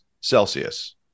Celsius